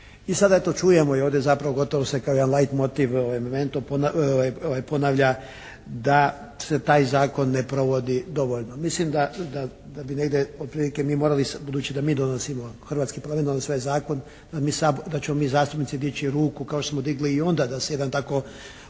I sada eto čujemo, i ovdje zapravo gotovo … /Govornik se ne razumije./ ponavlja da se taj Zakon ne provodi dovoljno. Mislim da bi negdje otprilike mi morali, budući da mi donosimo, Hrvatski parlament donosi ovaj zakon, da ćemo mi zastupnici dići ruku kao što smo digli i onda da se jedan tako